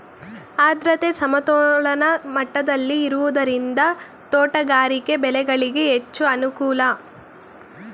ಆದ್ರತೆ ಸಮತೋಲನ ಮಟ್ಟದಲ್ಲಿ ಇರುವುದರಿಂದ ತೋಟಗಾರಿಕೆ ಬೆಳೆಗಳಿಗೆ ಹೆಚ್ಚು ಅನುಕೂಲ